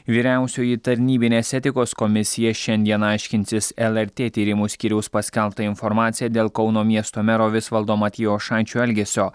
vyriausioji tarnybinės etikos komisija šiandien aiškinsis lrt tyrimų skyriaus paskelbtą informaciją dėl kauno miesto mero visvaldo matijošaičio elgesio